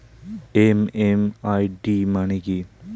MMID মানে কি?